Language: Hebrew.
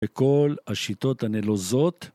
וכל השיטות הנלוזות.